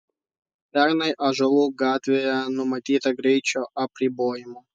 pernai ąžuolų gatvėje numatyta greičio apribojimų